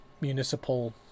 municipal